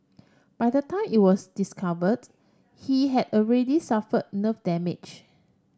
by the time it was discovered he had already suffer nerve damage